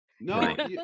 No